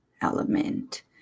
Element